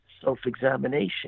self-examination